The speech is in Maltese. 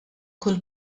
kull